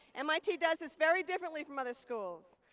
mit does this very differently from other schools.